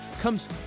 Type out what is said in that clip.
comes